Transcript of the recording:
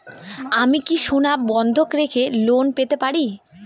আমি কি সোনা বন্ধক রেখে লোন পেতে পারি?